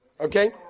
Okay